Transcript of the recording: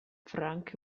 frank